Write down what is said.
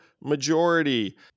majority